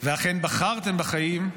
ואכן בחרתם בחיים.